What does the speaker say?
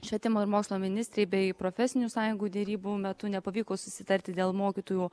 švietimo ir mokslo ministrei bei profesinių sąjungų derybų metu nepavykus susitarti dėl mokytojų